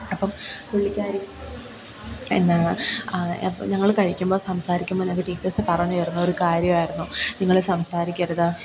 അപ്പം പുള്ളിക്കാരി എന്താണ് അപ്പം ഞങ്ങൾ കഴിക്കുമ്പം സംസാരിക്കുമ്പോൾ ഞങ്ങൾക്ക് ടീച്ചേഴ്സ്സ് പറഞ്ഞ് തരുന്നൊരു കാര്യമായിരുന്നു നിങ്ങൾ സംസാരിക്കരുത്